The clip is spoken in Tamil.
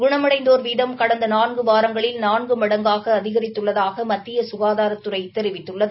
குணமடைந்தோர் வீதம் கடந்த நான்கு வாரங்களில் நான்கு மடங்காக அதிகித்துள்ளதாக மத்திய சுகாதாரத்துறை தெரிவித்துள்ளது